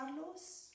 Carlos